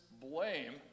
blame